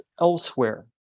elsewhere